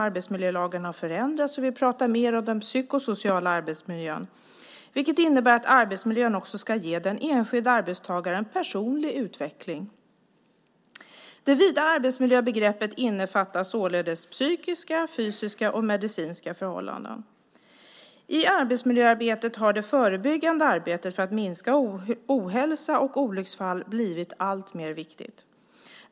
Arbetsmiljölagen har förändrats, och vi pratar mer om den psykosociala arbetsmiljön, vilket innebär att arbetsmiljön också ska ge den enskilda arbetstagaren personlig utveckling. Det vida arbetsmiljöbegreppet innefattar således psykiska, fysiska och medicinska förhållanden. I arbetsmiljöarbetet har det förebyggande arbetet för att minska ohälsa och olycksfall blivit alltmer viktigt.